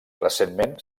recentment